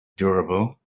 durable